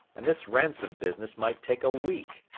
and this ransom business might take a week.